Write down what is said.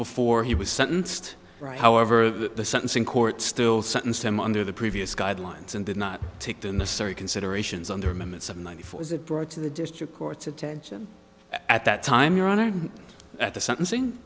before he was sentenced right however that the sentencing court still sentenced him under the previous guidelines and did not take the necessary considerations under moments of ninety four was it brought to the district court's attention at that time your honor at the sentencing